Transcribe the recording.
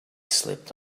slipped